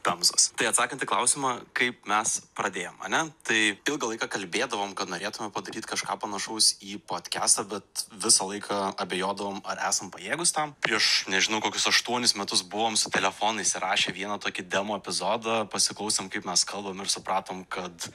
pemzos tai atsakant į klausimą kaip mes pradėjom ane tai ilgą laiką kalbėdavom kad norėtume padaryti kažką panašaus į podkestą bet visą laiką abejodavom ar esam pajėgūs tam prieš nežinau kokius aštuonis metus buvom su telefonais įrašę vieną tokį demo epizodą pasiklausėm kaip mes kalbam ir supratom kad